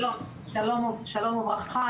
שלום וברכה,